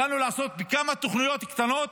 יכולנו לעשות כמה תוכניות קטנות,